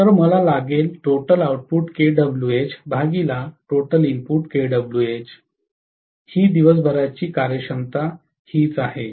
तर मला लागेल दिवसभराची कार्यक्षमता हीच आहे